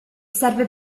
serve